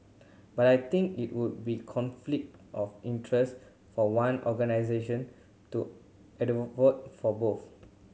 but I think it would be conflict of interest for one organisation to for both